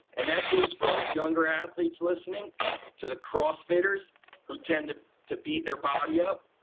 and that goes for the younger athletes listening to the cross fitters who tend to to beat their body up.